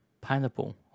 pineapple